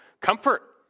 comfort